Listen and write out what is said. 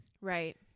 Right